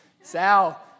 Sal